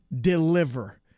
deliver